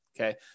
Okay